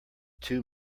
too